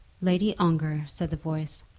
lady ongar, said the voice,